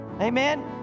Amen